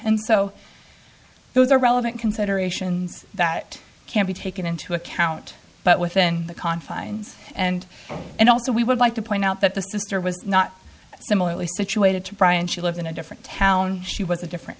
and so those are relevant considerations that can be taken into account but within the confines and and also we would like to point out that the sister was not similarly situated to brian she lived in a different town she was a different